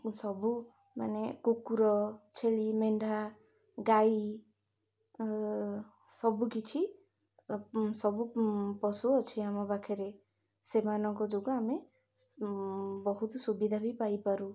ସବୁ ମାନେ କୁକୁର ଛେଳି ମେଣ୍ଢା ଗାଈ ସବୁକିଛି ସବୁ ପଶୁ ଅଛି ଆମ ପାଖରେ ସେମାନଙ୍କ ଯୋଗୁଁ ଆମେ ବହୁତ ସୁବିଧା ବି ପାଇପାରୁ